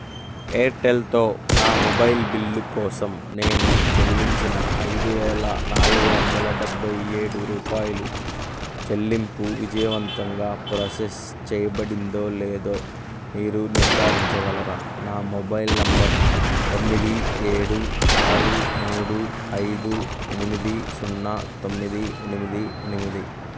ఎయిర్టెల్తో నా mobile bill కోసం నేను చెల్లించిన ఐదు వేల నాలుగు వందల డెబ్బై ఏడు రూపాయలు చెల్లింపు విజయవంతంగా ప్రాసెస్ చేయబడిందో లేదో మీరు నిర్ధారించగలరా నా మొబైల్ నెంబర్ తొమ్మిది ఏడు ఆరు మూడు ఐదు ఎనిమిది సున్నా తొమ్మిది ఎనిమిది ఎనిమిది